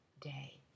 day